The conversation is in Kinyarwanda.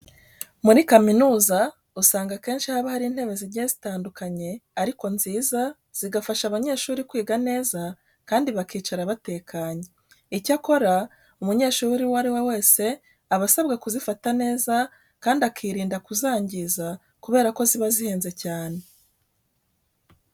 Muri kaminuza usanga akenshi haba hari intebe zigiye zitandukanye ariko nziza zifasha abanyeshuri kwiga neza kandi bakicara batekanye. Icyakora umunyeshuri uwo ari we wese aba asabwa kuzifata neza kandi akirinda kuzangiza kubera ko ziba zihenze cyane.